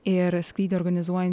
ir skrydį organizuoja